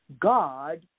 God